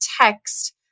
text